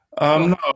No